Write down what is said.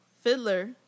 Fiddler